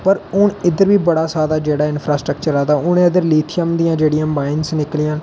पर हून इद्धर बी बड़ा सारा जेहड़ा इनंफ्रास्ट्रकचर आएदा उनें इत्थै लिथियम दी जेहड़ियां माइनस निकलियां